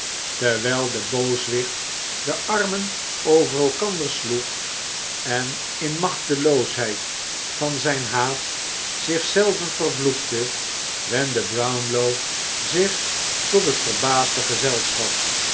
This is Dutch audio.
terwijl de booswicht de armen over elkander sloeg en in de machteloosheid van zijn haat zich zelven vervloekte wendde brownlow zich tot het verbaasde gezelschap